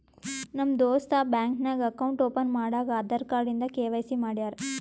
ನಮ್ ದೋಸ್ತ ಬ್ಯಾಂಕ್ ನಾಗ್ ಅಕೌಂಟ್ ಓಪನ್ ಮಾಡಾಗ್ ಆಧಾರ್ ಕಾರ್ಡ್ ಇಂದ ಕೆ.ವೈ.ಸಿ ಮಾಡ್ಯಾರ್